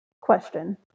question